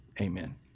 amen